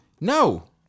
No